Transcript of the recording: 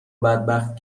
بدبخت